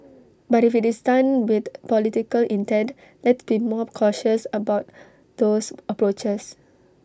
but if IT is done with political intent let's be more cautious about those approaches